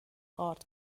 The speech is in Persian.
آرد